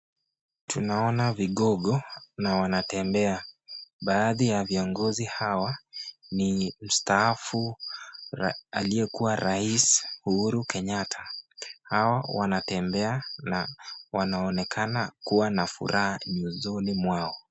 Tunaona vigogo na wanatembea. Baadhi ya viongozi hawa ni mstaafu aliyekua rais Uhuru Kenyatta. Hawa wanatembea na wanaonekana kua na furaha nyusoni mwao.